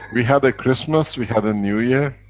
we had a christmas, we had a new year.